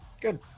Good